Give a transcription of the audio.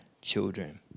children